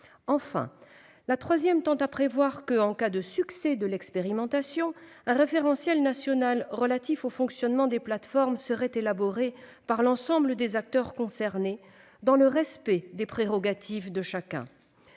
Enfin, la troisième tend à prévoir qu'en cas de succès de l'expérimentation un référentiel national relatif au fonctionnement des plateformes serait élaboré par l'ensemble des acteurs concernés, dans le respect des prérogatives de chacun.